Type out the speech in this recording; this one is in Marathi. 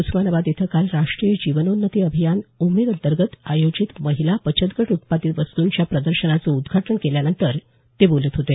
उस्मानाबाद इथं काल राष्ट्रीय जीवन्नोन्नती अभियान उमेद अंतर्गत आयोजित महिला बचत गट उत्पादित वस्तूंच्या प्रदर्शनाचं उद्घाटन केल्यानंतर ते बोलत होते